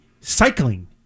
cycling